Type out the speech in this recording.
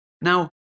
Now